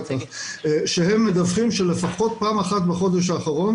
שהם מדווחים שלפחות פעם אחת בחודש האחרון